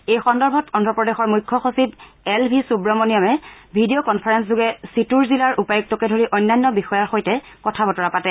এই সন্দৰ্ভত অন্ধ্ৰ প্ৰদেশৰ মুখ্য সচিব এল ভি সুৱমনিয়মে ভিডিঅ কনফাৰেলযোগে চিটুৰ জিলাৰ উপায়ুক্তকে ধৰি অন্যান্য বিষয়াৰ সৈতে কথা বতৰা পাতে